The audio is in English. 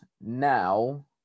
now